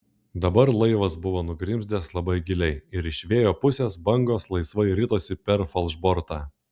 dabar laivas buvo nugrimzdęs labai giliai ir iš vėjo pusės bangos laisvai ritosi per falšbortą